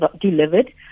delivered